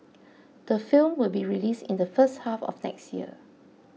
the film will be released in the first half of next year